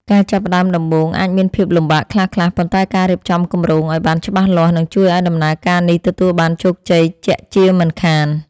ការចាប់ផ្តើមដំបូងអាចមានភាពលំបាកខ្លះៗប៉ុន្តែការរៀបចំគម្រោងឱ្យបានច្បាស់លាស់នឹងជួយឱ្យដំណើរការនេះទទួលបានជោគជ័យជាក់ជាមិនខាន។